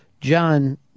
John